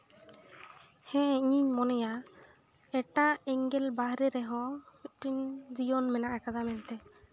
ᱦᱮᱸ ᱤᱧᱤᱧ ᱢᱚᱱᱮᱭᱟ ᱮᱴᱟᱜ ᱮᱝᱜᱮᱞ ᱵᱟᱦᱨᱮ ᱨᱮᱦᱚᱸ ᱢᱤᱫᱴᱤᱱ ᱡᱤᱭᱚᱱ ᱢᱮᱱᱟᱜ ᱠᱟᱫᱟ ᱢᱮᱱᱛᱮ